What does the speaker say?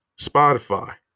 Spotify